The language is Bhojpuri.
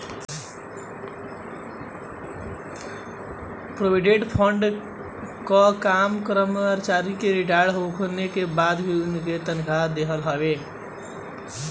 प्रोविडेट फंड कअ काम करमचारिन के रिटायर होखला के बाद भी उनके तनखा देहल हवे